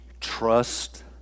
trust